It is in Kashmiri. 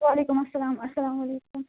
وعلیکُم اسلام اسلامُ علیکُم